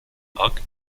akt